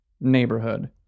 neighborhood